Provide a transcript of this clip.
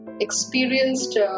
experienced